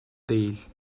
değil